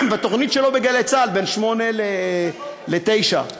בתוכנית שלו בגלי צה"ל בין 08:00 ל-09:00.